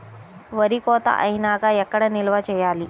వరి కోత అయినాక ఎక్కడ నిల్వ చేయాలి?